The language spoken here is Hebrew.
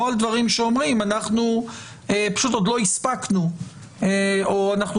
לא על דברים שאומרים שפשוט עוד לא הספקנו או שאנחנו